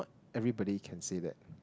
everybody can say that